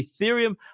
Ethereum